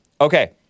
Okay